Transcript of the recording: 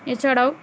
এছাড়াও